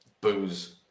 booze